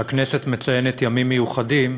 שהכנסת מציינת ימים מיוחדים,